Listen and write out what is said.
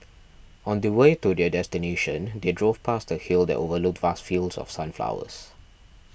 on the way to their destination they drove past a hill that overlooked vast fields of sunflowers